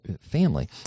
family